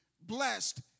blessed